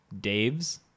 Dave's